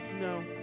No